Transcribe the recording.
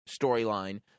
storyline